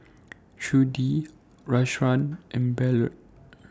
Trudie Rashawn and Ballard